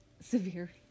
Severe